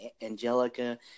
Angelica